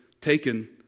taken